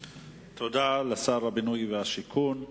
תודה לשר הבינוי והשיכון.